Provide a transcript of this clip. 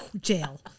jail